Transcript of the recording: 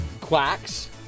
Quacks